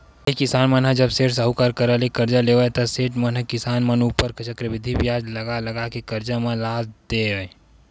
पहिली किसान मन ह जब सेठ, साहूकार करा ले करजा लेवय ता सेठ मन ह किसान मन ऊपर चक्रबृद्धि बियाज लगा लगा के करजा म लाद देय